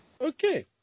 Okay